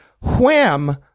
wham